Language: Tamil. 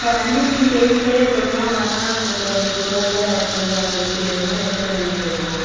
இப்போ வஞ்சரம் மீன் டேஸ்ட்லேயே இருக்கணும் ஆனால் இப்போ இப்போ உள்ள கொஞ்சம் இதுக்கு வேணும்ன்னா எந்த மாதிரி மீன் இருக்கும்